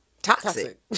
toxic